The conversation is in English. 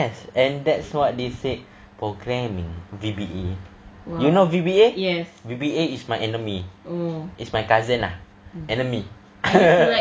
yes and that's what they said programming V_B_A you know V_B_A V_B_A is my enemy is my cousin lah enemy